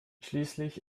schließlich